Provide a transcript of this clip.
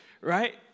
Right